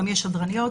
יש גם שדרניות,